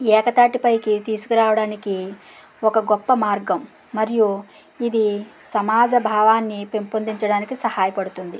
ఏకతాటిపైకి తీసుకురావడానికి ఒక గొప్ప మార్గం మరియు ఇది సమాజ భావాన్ని పెంపొందించడానికి సహాయపడుతుంది